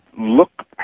look